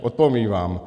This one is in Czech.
Odpovím vám.